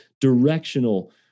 directional